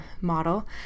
model